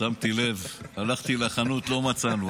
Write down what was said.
שמתי לב, הלכתי לחנות, לא מצאנו.